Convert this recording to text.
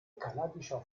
kanadischer